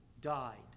died